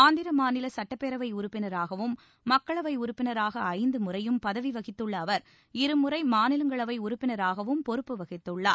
ஆந்திர மாநில சுட்டப்பேரவை உறுப்பினராகவும் மக்களவை உறுப்பினராக ஐந்து முறையும் பதவி வகித்துள்ள அவர் இருமுறை மாநிலங்களவை உறுப்பினராகவும் பொறுப்பு வகித்துள்ளார்